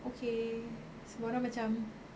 okay semua orang macam